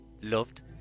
Loved